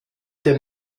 dem